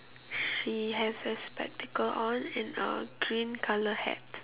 she has a spectacle on and a green colour hat